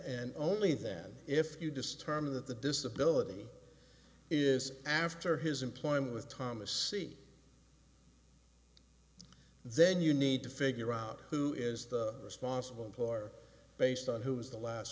and only then if you disturb that the disability is after his employment with thomas c then you need to figure out who is responsible employer based on who was the last